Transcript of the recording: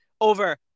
over